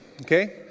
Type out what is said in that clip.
okay